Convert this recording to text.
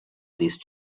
these